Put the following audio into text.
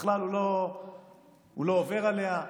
בכלל הוא לא עובר עליה.